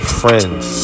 friends